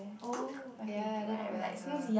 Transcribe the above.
oh ya ya then not bad also